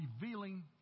revealing